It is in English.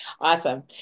Awesome